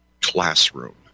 Classroom